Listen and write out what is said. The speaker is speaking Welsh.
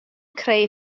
creu